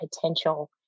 potential